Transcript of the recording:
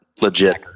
Legit